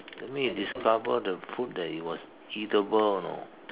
that mean you discover the food that it was eatable you know